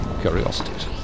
curiosities